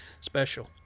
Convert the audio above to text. special